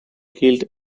killed